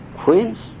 queens